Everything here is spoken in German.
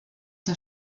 der